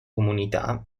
comunità